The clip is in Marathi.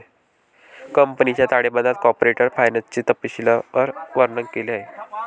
कंपनीच्या ताळेबंदात कॉर्पोरेट फायनान्सचे तपशीलवार वर्णन केले आहे